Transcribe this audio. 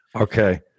Okay